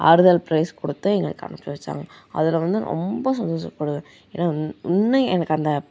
ஆறுதல் ப்ரைஸ் கொடுத்து எங்களுக்கு அனுப்பிச்சி வைச்சாங்க அதில் வந்து ரொம்ப சந்தோஷப்படுவேன் ஏன்னால் இன்னும் எனக்கு அந்த